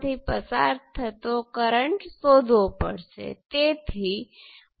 તેથી આમાં voltage drop પણ શૂન્ય છે આ બધા I2 એ 1 કિલો Ω માં વહે છે